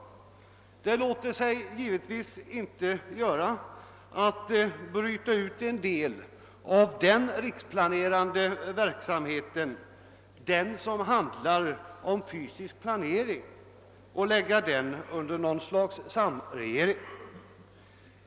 Det låter sig givetvis inte göra att bryta ut en del av den riksplanerande verksamheten — den del som avser den fysiska planeringen — och lägga den under något slags samregerande.